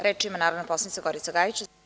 Reč ima narodna poslanica Gorica Gajić.